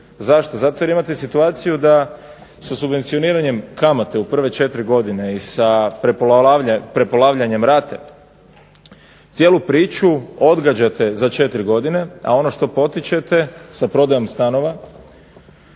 Zašto? Zato jer imate situaciju da subvencioniranjem kamate u prve 4 godine i sa prepolavljanjem rate cijelu priču odgađate za 4 godine, a ono što potičete sa prodajom stanova